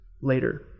later